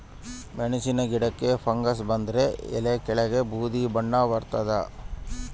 ಮೆಣಸಿನ ಗಿಡಕ್ಕೆ ಫಂಗಸ್ ಬಂದರೆ ಎಲೆಯ ಕೆಳಗೆ ಬೂದಿ ಬಣ್ಣ ಬರ್ತಾದೆ